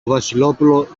βασιλόπουλο